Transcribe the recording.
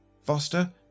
Foster